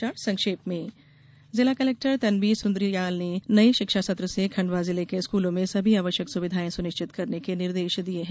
समाचार संक्षेप में जिला कलेक्टर तन्वी सुन्द्रियाल ने नये शिक्षा सत्र से खंडवा जिले के स्कूलों में सभी आवश्यक सुविधाएं सुनिश्चित करने के निर्देश दिये है